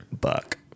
buck